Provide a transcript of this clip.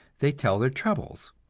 they tell their troubles.